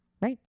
right